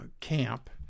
camp